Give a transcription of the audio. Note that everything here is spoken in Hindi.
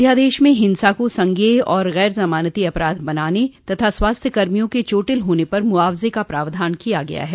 अध्यादेश में हिंसा को संज्ञेय और गैर जमानती अपराध बनाने तथा स्वास्थ्य कर्मियों के चोटिल होने पर मुआवज का प्रावधान किया गया है